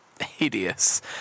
hideous